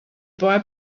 boy